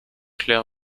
clair